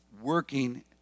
working